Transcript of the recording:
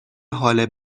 حال